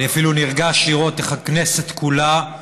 אני אפילו נרגש לראות, איך הכנסת כולה,